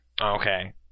Okay